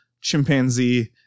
chimpanzee